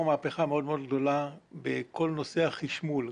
מהפכה מאוד מאוד גדולה בכל נושא החשמול,